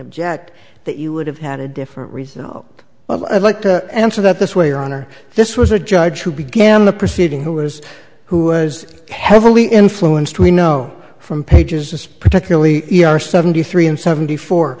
object that you would have had a different reason oh well i'd like to answer that this way honor this was a judge who began the proceeding who was who was heavily influenced we know from pages particularly e r seventy three and seventy four